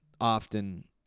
often